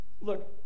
Look